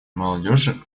молодежи